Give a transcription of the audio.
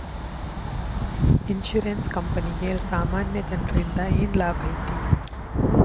Insurance ಕ್ಂಪನಿಗೆ ಸಾಮಾನ್ಯ ಜನ್ರಿಂದಾ ಏನ್ ಲಾಭೈತಿ?